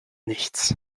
nichts